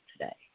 today